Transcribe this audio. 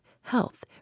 health